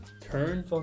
Turn